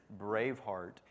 Braveheart